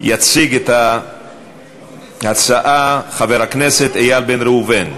יציג את ההצעה חבר הכנסת איל בן ראובן,